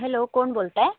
hello कोण बोलत आहे